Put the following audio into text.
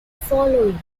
following